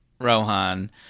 Rohan